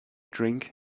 drink